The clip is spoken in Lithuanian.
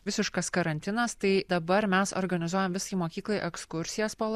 visiškas karantinas tai dabar mes organizuojam visai mokyklai ekskursijas po